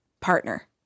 partner